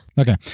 Okay